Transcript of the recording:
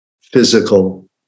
physical